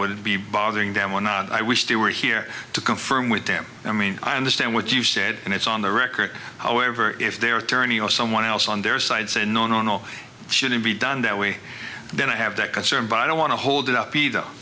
would be bothering them or not i wish they were here to confirm with them i mean i understand what you've said and it's on the record however if their attorney or someone else on their side say no no no shouldn't be done that way then i have that concern but i don't want to hold it up eith